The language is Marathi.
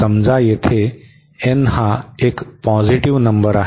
समजा येथे n हा एक पॉझिटिव्ह नंबर आहे